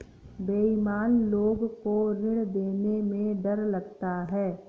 बेईमान लोग को ऋण देने में डर लगता है